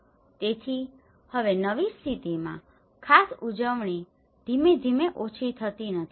તેથી હવે નવી પરિસ્થિતિમાં ખાસ ઉજવણી ધીમે ધીમે ઓછી થતી નથી